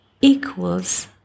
equals